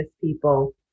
people